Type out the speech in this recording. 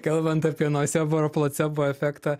kalbant apie nocebo ar placebo efektą